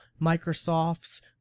Microsoft's